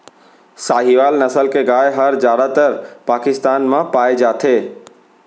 साहीवाल नसल के गाय हर जादातर पाकिस्तान म पाए जाथे